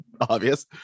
obvious